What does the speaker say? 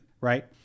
right